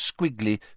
squiggly